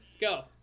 go